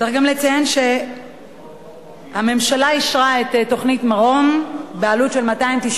צריך גם לציין שהממשלה אישרה את תוכנית "מרום" בעלות של 290